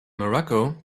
morocco